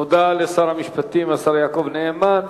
תודה לשר המשפטים, השר יעקב נאמן.